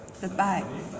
Goodbye